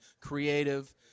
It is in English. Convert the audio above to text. creative